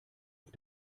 auf